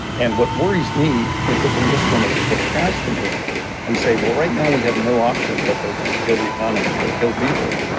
and what worries me is that we're just going to procrastinate and say, well, right now we have no option but to just kill the economy or kill people.